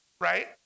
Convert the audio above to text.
Right